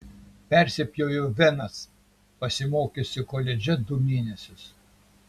persipjoviau venas pasimokiusi koledže du mėnesius